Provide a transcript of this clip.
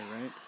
Right